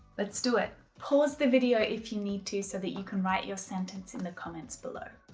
let's do it. pause the video if you need to so that you can write your sentence in the comments below.